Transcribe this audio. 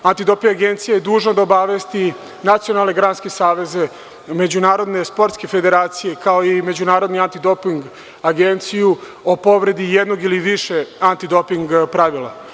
Antidoping agencija je dužna da obavesti nacionalne granske saveze, međunarodne sportske federacije, kao i Međunarodnu antidoping agenciju o povredi jednog ili više antidoping pravila.